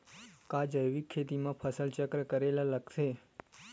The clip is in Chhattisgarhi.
का जैविक खेती म फसल चक्र करे ल लगथे?